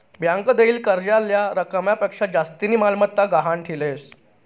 bank देयेल कर्जावरल्या रकमपक्शा जास्तीनी मालमत्ता गहाण ठीलेस